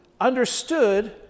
understood